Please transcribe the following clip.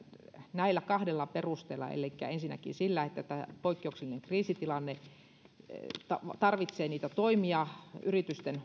näillä kahdella perusteella eli ensinnäkin sillä että tämä poikkeuksellinen kriisitilanne tarvitsee toimia yritysten